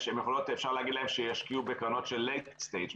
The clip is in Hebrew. אפשר להגיד להם שישקיעו בקרנות של late-stage,